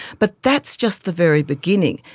but that's just the very beginning.